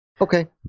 Okay